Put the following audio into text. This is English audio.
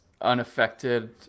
unaffected